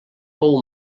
fou